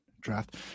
Draft